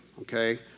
okay